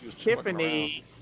Tiffany